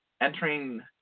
entering